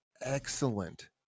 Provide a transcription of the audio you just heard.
excellent